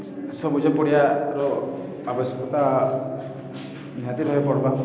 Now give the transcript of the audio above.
ସବୁଜ ପଡ଼ିିଆର ଆବଶ୍ୟକତା ନିହାତି ରହବାକେ ପଡ଼୍ବା